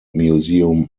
museum